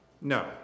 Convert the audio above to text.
No